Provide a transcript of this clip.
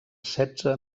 setze